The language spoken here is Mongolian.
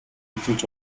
үзүүлж